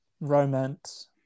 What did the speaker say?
romance